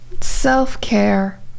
self-care